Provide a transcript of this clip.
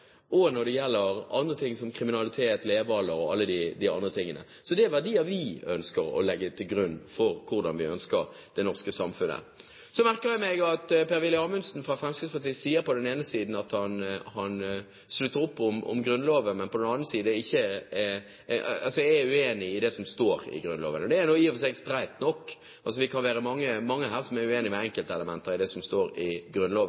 både når det gjelder tillit mellom mennesker, og når det gjelder andre ting som kriminalitet, levealder – alle de andre tingene. Så utjevning er en verdi vi ønsker å legge til grunn for det norske samfunnet. Så merker jeg meg at Per-Willy Amundsen fra Fremskrittspartiet på den ene siden sier at han slutter opp om Grunnloven, men på den annen side er uenig i det som står i Grunnloven. Det er i og for seg straight nok – vi kan være mange her som er uenige i enkeltelementer av det som står i Grunnloven.